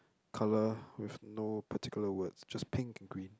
colour with no particular words just pink and green